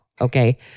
okay